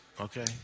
Okay